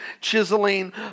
chiseling